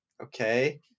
Okay